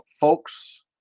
folks